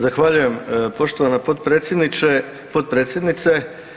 Zahvaljujem poštovani potpredsjedniče, potpredsjednice.